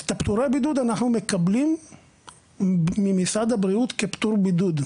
את פטורי הבידוד אנחנו מקבלים ממשרד הבריאות כפטור בידוד.